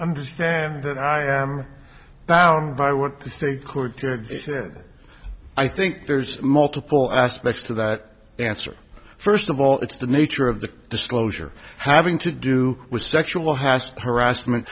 understand that i am bound by what the state court said i think there's multiple aspects to that answer first of all it's the nature of the disclosure having to do with sexual has harassment